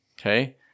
okay